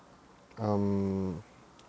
um